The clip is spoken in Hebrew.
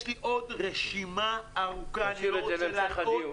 יש לי עוד רשימה ארוכה שאני לא רוצה להלאות.